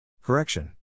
Correction